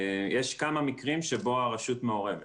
יש כמה מקרים שבהם הרשות מעורבת.